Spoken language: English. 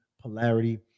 polarity